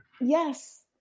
Yes